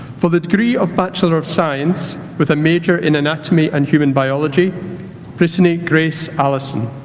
for the degree of bachelor of science with a major in anatomy and human biology brittany grace allison